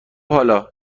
حالا